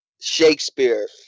Shakespeare